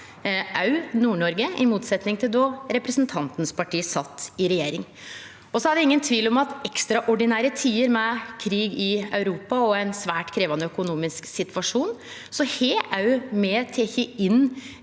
òg Nord-Noreg, i motsetning til då representanten sitt parti sat i regjering. Så er det ingen tvil om at i ekstraordinære tider med krig i Europa og ein svært krevjande økonomisk situasjon har òg me teke inn